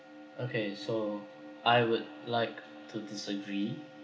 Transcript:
okay so I would like to disagree